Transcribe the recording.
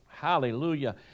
hallelujah